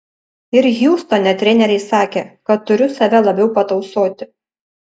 ir hjustone treneriai sakė kad turiu save labiau patausoti